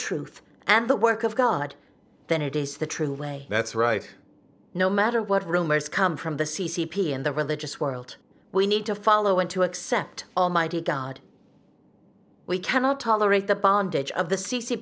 truth and the work of god then it is the true way that's right no matter what rumors come from the c c p and the religious world we need to follow and to accept almighty god we cannot tolerate the bondage of the c